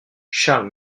charles